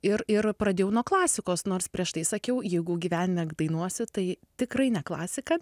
ir ir pradėjau nuo klasikos nors prieš tai sakiau jeigu gyvenime dainuosiu tai tikrai ne klasiką